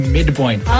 Midpoint